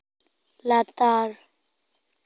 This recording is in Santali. ᱞᱟᱛᱟᱨ